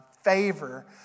favor